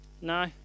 No